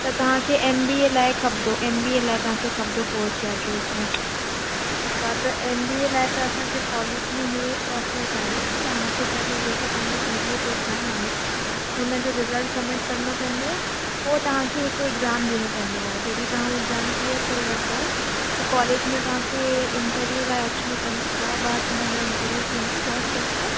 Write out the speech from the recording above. त तव्हांखे M B A लाइ खपंदो एम बी ए लाइ तव्हांखे खपंदो पोस्ट ग्रैजयूएट में ठीकु आहे त एम बी ए लाइ त असांजे कोलेज में हे प्रोसेस आहे की तव्हांखे पहिले जेको तव्हांजो बी बी ए जो एग्ज़ाम आहे हुन जो रिजल्ट सबमिट करिणो पवंदो पोइ तव्हांखे हिकु एग्ज़ाम ॾियणो पवंदो आहे जॾहिं तव्हां हो एग्ज़ाम क्लीयर करे वठंदव पोइ कोलेज में तव्हांखे इंटरव्यू लाइ अचिणो पवंदो ॿ बार तव्हांजा इंटरव्यू थींदा ॿ स्टेप्स में